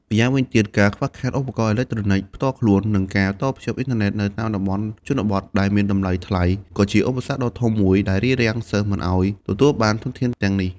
ម្យ៉ាងវិញទៀត ការខ្វះខាតឧបករណ៍អេឡិចត្រូនិចផ្ទាល់ខ្លួន និងការតភ្ជាប់អ៊ីនធឺណេតនៅតាមតំបន់ជនបទ ដែលមានតម្លៃថ្លៃ ក៏ជាឧបសគ្គដ៏ធំមួយដែលរារាំងសិស្សមិនឱ្យទទួលបានធនធានទាំងនេះ។